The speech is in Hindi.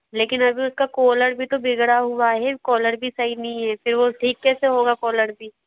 लेकिन अभी उसका कोलर भी तो बिगड़ा हुआ हे कॉलर भी सही नई है फिर वो ठीक कैसे होगा कॉलर भी